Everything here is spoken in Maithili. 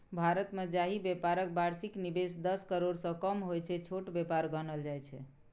भारतमे जाहि बेपारक बार्षिक निबेश दस करोड़सँ कम होइ छै छोट बेपार गानल जाइ छै